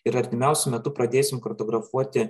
ir artimiausiu metu pradėsim kartografuoti